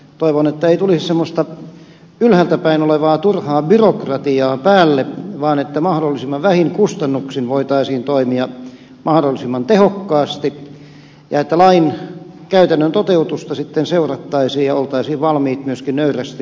toivon että ei tulisi semmoista ylhäältä päin tulevaa turhaa byrokratiaa päälle vaan että mahdollisimman vähin kustannuksin voitaisiin toimia mahdollisimman tehokkaasti ja että lain käytännön toteutusta sitten seurattaisiin ja oltaisiin valmiit myöskin nöyrästi